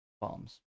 bombs